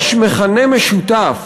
יש מכנה משותף